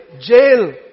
Jail